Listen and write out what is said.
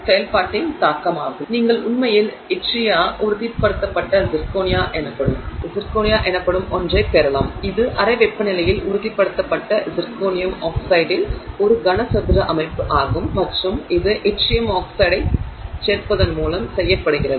எனவே நீங்கள் உண்மையில் யட்ரியா உறுதிப்படுத்தப்பட்ட சிர்கோனியா எனப்படும் ஒன்றைப் பெறலாம் இது அறை வெப்பநிலையில் உறுதிப்படுத்தப்பட்ட சிர்கோனியம் ஆக்சைட்டின் ஒரு கனசதுர அமைப்பு ஆகும் மற்றும் இது யட்ரியம் ஆக்சைடைச் சேர்ப்பதன் மூலம் செய்யப்படுகிறது